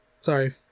sorry